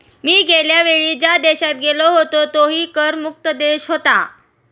मी गेल्या वेळी ज्या देशात गेलो होतो तोही कर मुक्त देश होता